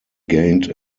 gained